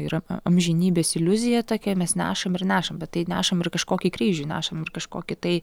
ir amžinybės iliuzija tokia mes nešam ir nešam bet tai nešam ir kažkokį kryžių nešam ir kažkokį tai